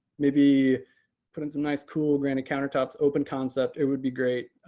maybe put in some nice, cool granite counter tops, open concept, it would be great.